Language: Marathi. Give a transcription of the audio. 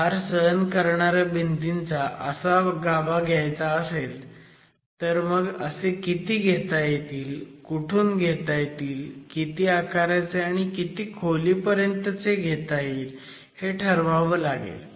भार सहन करणाऱ्या भिंतींचा असा गाभा घ्यायचा असेल तर मग असे किती घेता येतील कुठून घेता येतील किती आकाराचे आणि किती खोलीपर्यंतचे घेता येतील हे ठरवावं लागेल